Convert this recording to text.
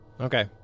Okay